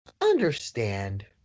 understand